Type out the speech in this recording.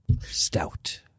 Stout